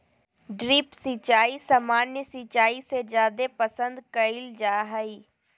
drip सिंचाई सामान्य सिंचाई से जादे पसंद कईल जा हई